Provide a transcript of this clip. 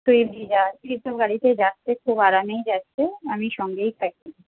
Swift Dzire এসব গাড়িতেও যাচ্ছে খুব আরামেই যাচ্ছে আমি সঙ্গেই থাকি